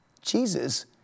Jesus